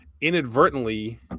inadvertently